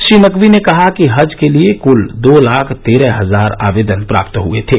श्री नकवी ने कहा कि हज के लिए कुल दो लाख तेरह हजार आवेदन प्राप्त हुए थे